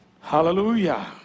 Hallelujah